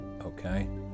Okay